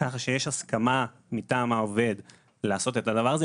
ככה שיש הסכמה מטעם העובד לעשות את הדבר הזה,